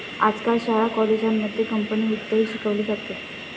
आजकाल शाळा कॉलेजांमध्ये कंपनी वित्तही शिकवले जाते